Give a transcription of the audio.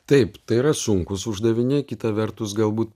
taip tai yra sunkūs uždaviniai kita vertus galbūt